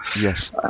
Yes